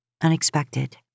Unexpected